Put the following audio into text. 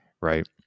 right